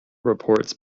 reports